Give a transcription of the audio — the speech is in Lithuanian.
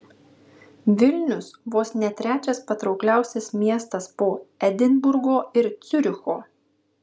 vilnius vos ne trečias patraukliausias miestas po edinburgo ir ciuricho